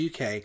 UK